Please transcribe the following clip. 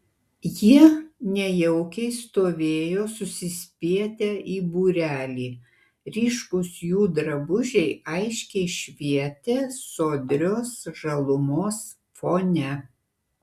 jie nejaukiai stovėjo susispietę į būrelį ryškūs jų drabužiai aiškiai švietė sodrios žalumos fone